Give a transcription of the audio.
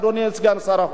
אדוני סגן שר החוץ.